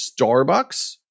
Starbucks